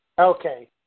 Okay